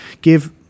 give